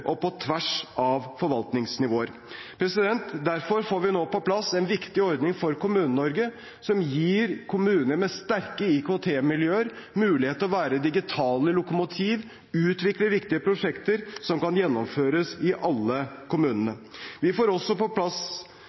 og på tvers av forvaltningsnivåer. Derfor får vi nå på plass en viktig ordning for Kommune-Norge som gir kommuner med sterke IKT-miljøer mulighet til å være digitale lokomotiv, utvikle viktige prosjekter som kan gjennomføres i alle kommunene. Vi får etter hvert også på plass